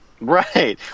Right